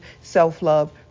self-love